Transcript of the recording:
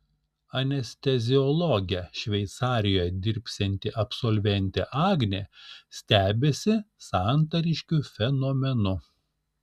anesteziologe šveicarijoje dirbsianti absolventė agnė stebisi santariškių fenomenu